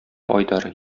айдар